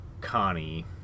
Connie